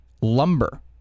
Lumber